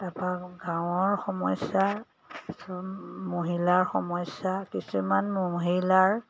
তাৰপৰা গাঁৱৰ সমস্যা ওচৰৰ মহিলাৰ সমস্যা কিছুমান মহিলাৰ